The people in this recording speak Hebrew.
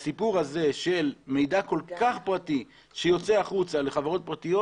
הסיפור הזה של מידע כל כך פרטי שיוצא החוצה לחברות פרטיות